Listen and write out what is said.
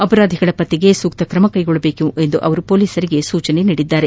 ಅಪರಾಧಿಗಳ ಪತ್ತೆಗೆ ಸೂಕ್ತ ಕ್ರಮ ಕೈಗೊಳ್ಳುವಂತೆ ಅವರು ಪೊಲೀಸರಿಗೆ ಸೂಚಿಸಿದ್ದಾರೆ